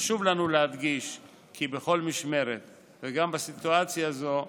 חשוב לנו להדגיש כי בכל משמרת, וגם בסיטואציה זו,